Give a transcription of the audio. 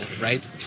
right